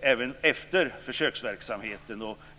även efter försöksverksamheten.